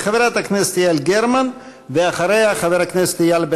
חברת הכנסת יעל גרמן,